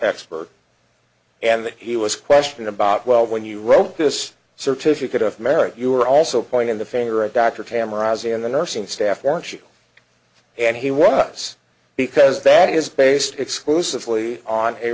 expert and he was questioned about well when you wrote this certificate of merit you were also pointing the finger at dr cameras in the nursing staff weren't you and he was because that is based exclusively on a